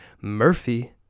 Murphy